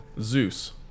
Zeus